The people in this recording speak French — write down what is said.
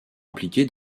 impliqué